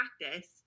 practice